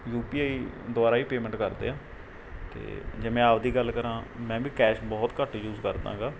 you P I ਦੁਆਰਾ ਹੀ payment ਕਰਦੇ ਆ ਅਤੇ ਜੇ ਮੈਂ ਆਪਣੀ ਗੱਲ ਕਰਾਂ ਮੈਂ ਵੀ ਕੈਸ਼ ਬਹੁਤ ਘੱਟ ਯੂਜ ਕਰਦਾ ਗਾ